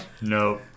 No